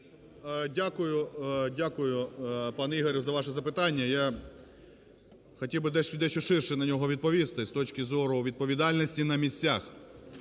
Дякую, пане Ігоре, за ваше запитання. Я хотів би дещо ширше на нього відповісти, з точки зору відповідальності на місцях.